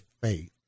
faith